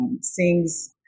sings